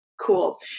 Cool